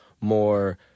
more